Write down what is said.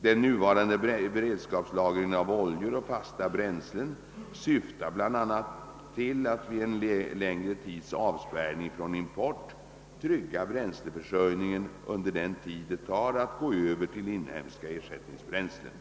Den nuvarande beredskapslagringen av oljor och fasta bränslen syftar bl.a. till att vid en längre tids avspärrning från import trygga bränsleförsörjningen under den tid det tar att gå över till inhemska ersättningsbränslen.